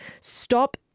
stop